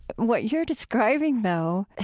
what you're describing, though,